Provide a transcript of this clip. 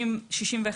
61%,